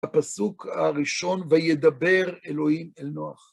הפסוק הראשון, וידבר אלוהים אל נוח.